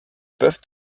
peuvent